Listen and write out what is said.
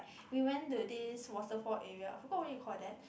we went to this waterfall area I forgot where you call that